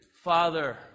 Father